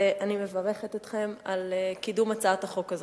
ואני מברכת אתכם על קידום הצעת החוק הזאת.